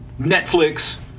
Netflix